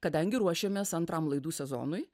kadangi ruošėmės antram laidų sezonui